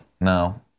No